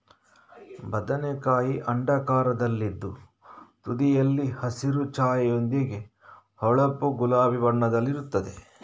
ಬದನೆಕಾಯಿ ಅಂಡಾಕಾರದಲ್ಲಿದ್ದು ತುದಿಯಲ್ಲಿ ಹಸಿರು ಛಾಯೆಯೊಂದಿಗೆ ಹೊಳಪು ಗುಲಾಬಿ ಬಣ್ಣದಲ್ಲಿರುತ್ತದೆ